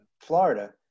Florida